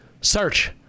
Search